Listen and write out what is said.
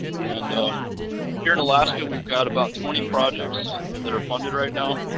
and here in alaska, we've got about twenty projects that are funded right now